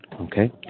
Okay